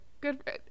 good